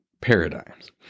paradigms